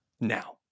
Now